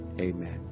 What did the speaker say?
Amen